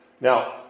Now